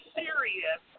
serious